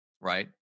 right